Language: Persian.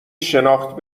شناخت